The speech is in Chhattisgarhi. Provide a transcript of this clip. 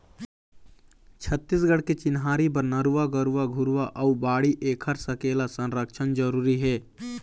छत्तीसगढ़ के चिन्हारी बर नरूवा, गरूवा, घुरूवा अउ बाड़ी ऐखर सकेला, संरक्छन जरुरी हे